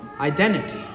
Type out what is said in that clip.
identity